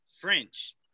French